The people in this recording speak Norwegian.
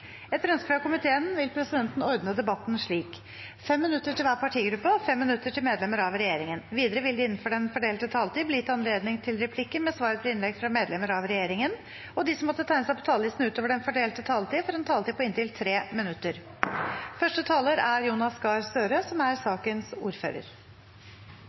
Etter ønske fra den særskilte komité vil presidenten ordne debatten slik: 5 minutter til hver partigruppe og 5 minutter til medlemmer av regjeringen. Videre vil det – innenfor den fordelte taletid – bli gitt anledning til replikker med svar etter innlegg fra medlemmer av regjeringen, og de som måtte tegne seg på talerlisten utover den fordelte taletid, får en taletid på inntil 3 minutter.